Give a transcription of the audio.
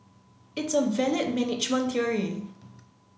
it's a valid management theory